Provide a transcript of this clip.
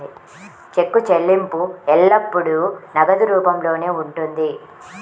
చెక్కు చెల్లింపు ఎల్లప్పుడూ నగదు రూపంలోనే ఉంటుంది